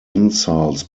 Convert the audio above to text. insults